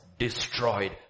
destroyed